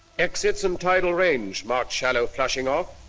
exits and title range marked shallow flushing off,